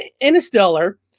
Interstellar